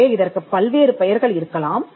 எனவே இதற்குப் பல்வேறு பெயர்கள் இருக்கலாம்